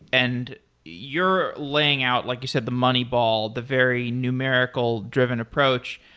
and you're laying out, like you said, the money ball, the very numerical-driven approach,